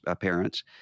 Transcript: parents